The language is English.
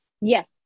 Yes